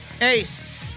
Ace